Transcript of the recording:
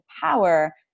power